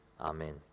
Amen